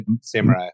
Samurai